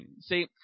See